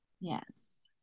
yes